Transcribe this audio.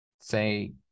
say